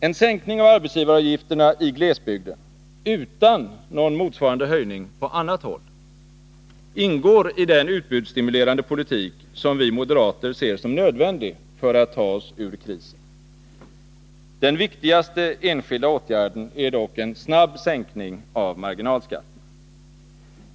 En sänkning av arbetsgivaravgifterna i glesbygden — utan någon motsvarande höjning på annat håll — ingår i den utbudsstimulerande politik som vi moderater ser som nödvändig för att ta oss ur krisen. Den viktigaste enskilda åtgärden är dock en snabb sänkning av marginalskatterna.